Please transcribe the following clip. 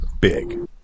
big